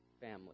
family